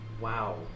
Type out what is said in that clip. Wow